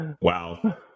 wow